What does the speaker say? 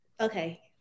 okay